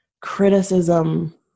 criticism